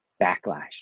backlash